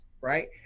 right